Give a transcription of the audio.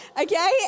Okay